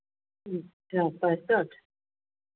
अच्छा पैंसठ